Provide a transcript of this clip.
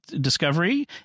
Discovery